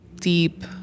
deep